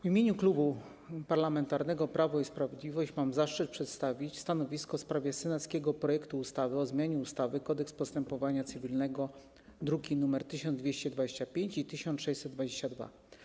W imieniu Klubu Parlamentarnego Prawo i Sprawiedliwość mam zaszczyt przedstawić stanowisko w sprawie senackiego projektu ustawy o zmianie ustawy - Kodeks postępowania cywilnego, druki nr 1225 i 1622.